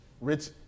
Rich